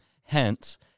Hence